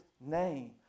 name